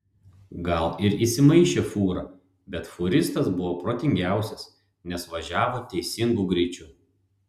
gal ir įsimaišė fūra bet fūristas buvo protingiausias nes važiavo teisingu greičiu